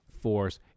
force